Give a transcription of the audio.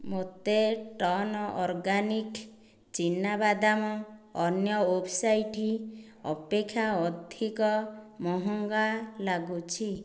ମୋତେ ଟର୍ନ ଅର୍ଗାନିକ୍ ଚିନାବାଦାମ ଅନ୍ୟ ୱେବ୍ସାଇଟ୍ ଅପେକ୍ଷା ଅଧିକ ମହଙ୍ଗା ଲାଗୁଛି